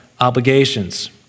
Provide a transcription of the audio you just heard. obligations